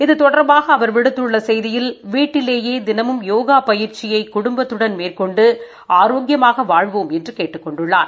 இது தொடர்பாக அவர் விடுத்துள்ள செய்தியில் வீட்டிலேயே தினமும் யோகா பயிற்சி குடும்பத்துடன் மேற்கொண்டு ஆரோக்கியமாக வாழ்வோம் என்று கேட்டுக் கொண்டுள்ளார்